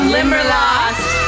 Limberlost